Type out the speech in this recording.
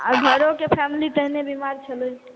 आ घरो के फैमिली बीमार छलै